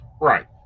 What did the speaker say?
right